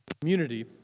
community